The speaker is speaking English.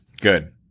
Good